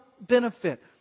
benefit